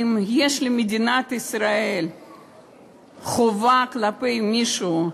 אם יש למדינת ישראל חובה כלפי מישהו,